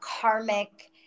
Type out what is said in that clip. karmic